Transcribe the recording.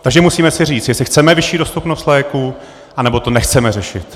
Takže si musíme říct, jestli chceme vyšší dostupnost léků, anebo to nechceme řešit.